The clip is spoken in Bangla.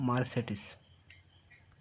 মার্সেডিজ